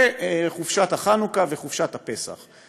בחופשת החנוכה ובחופשת הפסח.